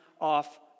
off